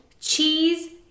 cheese